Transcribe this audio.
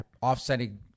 offsetting